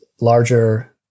larger